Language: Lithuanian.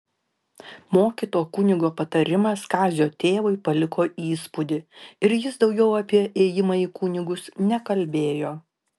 mokyto kunigo patarimas kazio tėvui paliko įspūdį ir jis daugiau apie ėjimą į kunigus nekalbėjo